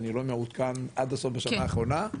אני לא מעודכן עד הסוף בשנה האחרונה,